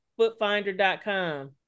footfinder.com